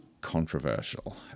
controversial